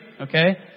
Okay